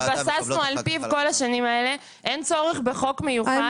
שהתבססנו עליו כל השנים האלה ואין צורך בחוק מיוחד.